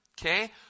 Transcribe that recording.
okay